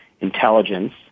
Intelligence